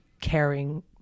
caring